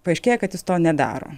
paaiškėja kad jis to nedaro